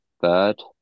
third